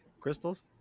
crystals